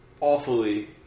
awfully